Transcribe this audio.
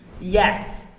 yes